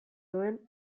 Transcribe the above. nuen